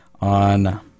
on